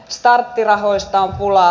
starttirahoista on pulaa